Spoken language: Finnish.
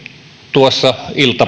tuossa